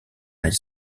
high